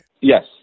Yes